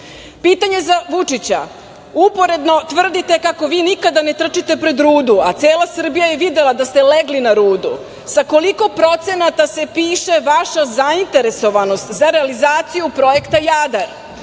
SNS?Pitanje za Vučića. Uporedno tvrdite kako vi nikada ne trčite pred rudu, a cela Srbija je videla da ste legli na rudu. Sa koliko procenata se piše vaša zainteresovanost za realizaciju projekta